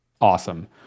awesome